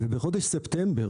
בחודש ספטמבר